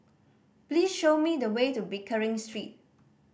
please show me the way to Pickering Street